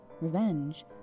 revenge